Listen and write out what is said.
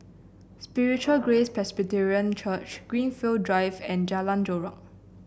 Spiritual Grace Presbyterian Church Greenfield Drive and Jalan Chorak